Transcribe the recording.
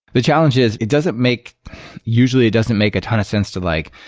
the challenge is it doesn't make usually it doesn't make a ton of sense to like,